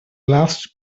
last